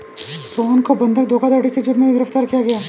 सोहन को बंधक धोखाधड़ी के जुर्म में गिरफ्तार किया गया